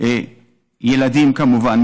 ילדים כמובן,